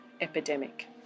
epidemic